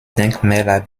denkmäler